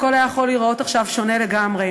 הכול היה יכול להיראות עכשיו שונה לגמרי.